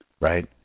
right